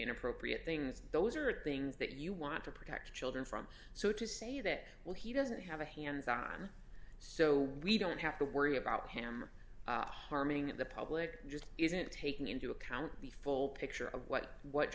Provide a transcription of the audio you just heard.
inappropriate things those are things that you want to protect children from so to say that well he doesn't have a hands on so we don't have to worry about him harming the public just isn't taking into account the full picture of what what